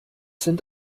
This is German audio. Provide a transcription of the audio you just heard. sind